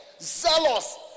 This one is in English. zealous